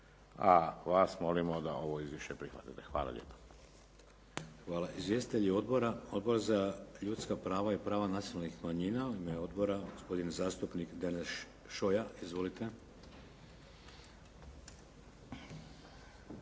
a vas molimo da ovo izvješće prihvatite. Hvala lijepo. **Šeks, Vladimir (HDZ)** Hvala. Izvjestitelji odbora. Odbor za ljudska prava i prava nacionalnih manjina. U ime odbora gospodin zastupnik Deneš Šoja. Izvolite.